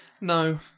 No